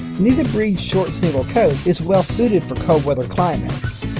neither breed's short, single coat is well suited for cold weather climates.